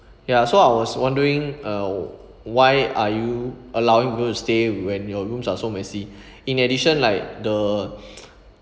ya so I was wondering uh why are you allowing people to stay when your rooms are so messy in addition like the